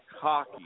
cocky